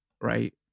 right